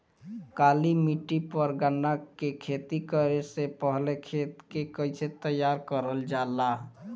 काली मिट्टी पर गन्ना के खेती करे से पहले खेत के कइसे तैयार करल जाला?